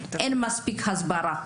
אין מספיק הסברה.